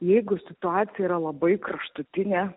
jeigu situacija yra labai kraštutinė